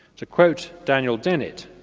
to quote daniel dennett,